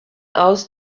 aus